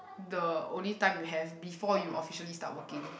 the only time you have before you officially start working